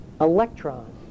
electron